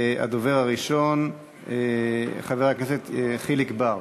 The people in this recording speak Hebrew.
הדובר הראשון, חבר הכנסת חיליק בר,